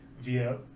via